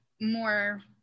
more